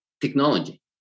technology